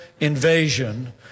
invasion